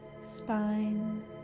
spine